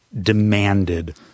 demanded